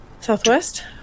Southwest